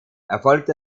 erfolgt